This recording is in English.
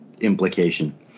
implication